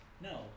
No